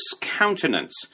countenance